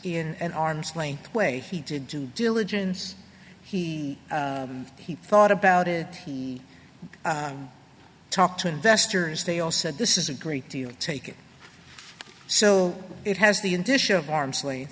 in an arm's length way he did do diligence he he thought about it he talked to investors they all said this is a great deal take it so it has the initial arm's